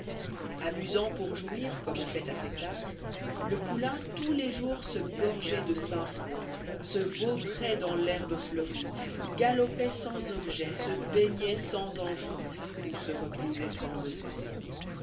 abusant pour jouir comme on fait à cet âge le poulain tous les jours se gorgeoit de sainfoin se vautrait dans l'herbe fleurie sô fable sï galopoit sans objeti se baighoit sansêayfe ou se reposoit saris